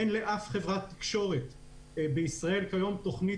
לאף חברת תקשורת בישראל אין כיום תוכנית